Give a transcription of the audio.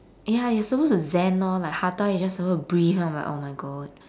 ya you supposed to zen lor like hatha you just suppose to breath then I'm like oh my god